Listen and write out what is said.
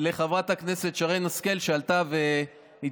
מירי מרים רגב,